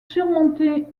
surmonter